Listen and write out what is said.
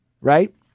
right